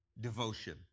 devotion